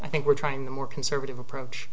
i think we're trying the more conservative approach